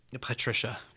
Patricia